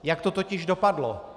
Jak to totiž dopadlo?